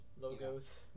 Logos